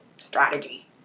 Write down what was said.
strategy